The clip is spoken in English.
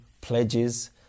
pledges